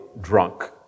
drunk